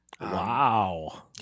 Wow